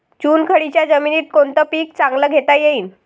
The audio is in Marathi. चुनखडीच्या जमीनीत कोनतं पीक चांगलं घेता येईन?